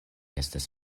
estas